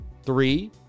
Three